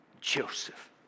Joseph